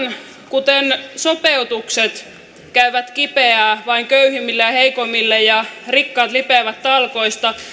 kuten sopeutukset tekevät kipeää vain köyhimmille ja heikoimmille ja rikkaat lipeävät talkoista